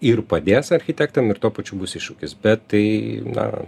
ir padės architektam ir tuo pačiu bus iššūkis bet tai na